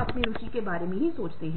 बदल रही हैं